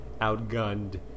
outgunned